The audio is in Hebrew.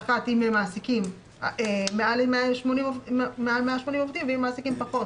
אם הם מעסיקים מעל 180 עובדים ואם הם מעסיקים פחות,